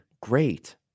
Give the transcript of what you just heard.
great